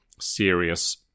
serious